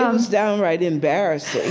um was downright embarrassing